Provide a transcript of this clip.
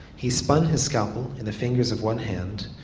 he spun his scalpel in the fingers of one hand,